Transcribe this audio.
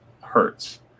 hurts